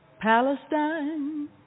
Palestine